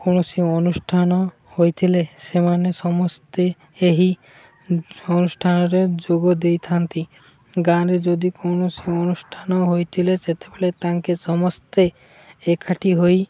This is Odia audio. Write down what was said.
କୌଣସି ଅନୁଷ୍ଠାନ ହୋଇଥିଲେ ସେମାନେ ସମସ୍ତେ ଏହି ଅନୁଷ୍ଠାନରେ ଯୋଗ ଦେଇଥାନ୍ତି ଗାଁରେ ଯଦି କୌଣସି ଅନୁଷ୍ଠାନ ହୋଇଥିଲେ ସେତେବେଳେ ତାଙ୍କେ ସମସ୍ତେ ଏକାଠି ହୋଇ